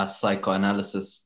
psychoanalysis